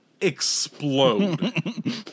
Explode